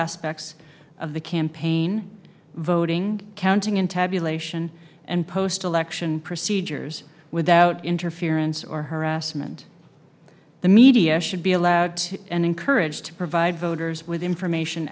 aspects of the campaign voting counting in tabulation and post election procedures without ference or harassment the media should be allowed and encouraged to provide voters with information